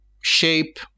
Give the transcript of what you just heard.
shape